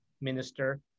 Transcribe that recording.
minister